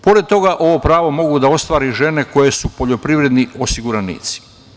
Pored toga, ovo pravo mogu da ostvare i žene koje su poljoprivredni osiguranici.